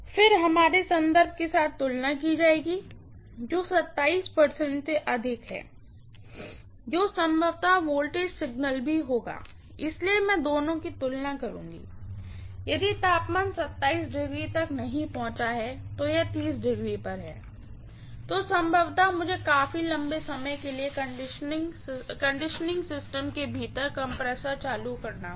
फिर हमारे संदर्भ के साथ तुलना की जाएगी जो 27 ° से अधिक है जो संभवतः वोल्टेज सिगनल भी होगा इसलिए मैं दोनों की तुलना करुँगी यदि तापमान 27 ° तक नहीं पहुंचा है तो यह 30 ° पर है तो संभवतः मुझे काफी लंबे समय के लिए कंडीशनिंग सिस्टम के भीतर कंप्रेसर चालू करना होगा